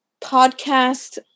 podcast